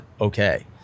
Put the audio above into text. okay